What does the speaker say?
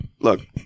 look